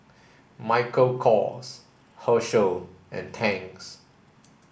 Michael Kors Herschel and Tangs